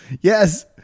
Yes